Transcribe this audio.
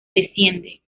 desciende